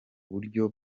buryo